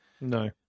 No